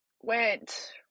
went